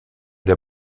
der